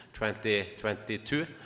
2022